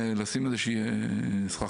גם לשים איזו שהיא סככה,